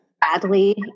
badly